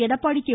Edappadi K